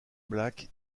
black